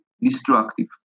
destructive